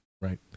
Right